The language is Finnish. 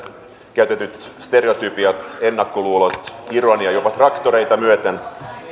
käytetyt stereotypiat ennakkoluulot ironia jopa traktoreita myöten